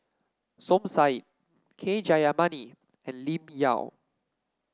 Som Said K Jayamani and Lim Yau